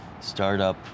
startup